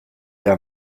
der